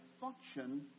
function